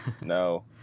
No